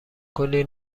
کلی